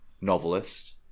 novelist